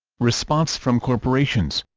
response from corporations